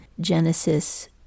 Genesis